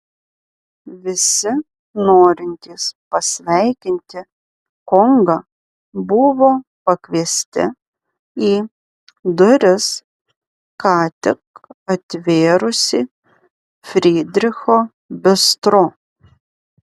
visi norintys pasveikinti kongą buvo pakviesti į duris ką tik atvėrusį frydricho bistro